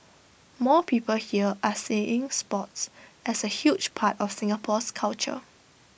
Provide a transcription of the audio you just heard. more people here are seeing sports as A huge part of Singapore's culture